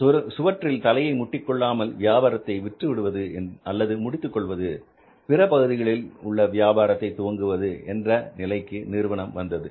இதனால் சுவற்றில் தலையை முட்டிக் கொள்ளாமல் வியாபாரத்தை விற்று விடுவது அல்லது முடித்துக் கொள்வது பிற பகுதிகளில் வியாபாரத்தை துவங்குவது என்ற நிலைக்கு நிறுவனம் வந்தது